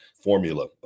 formula